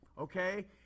okay